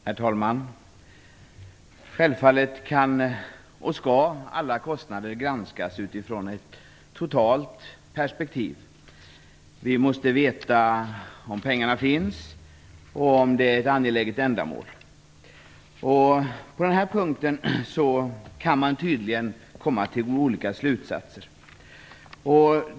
Herr talman! Självfallet kan och skall alla kostnader granskas utifrån ett totalt perspektiv. Vi måste veta om pengarna finns och om det är ett angeläget ändamål. På denna punkt kan man tydligen komma till olika slutsatser.